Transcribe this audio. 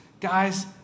Guys